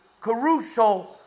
Caruso